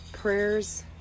Prayers